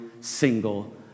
single